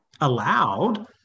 allowed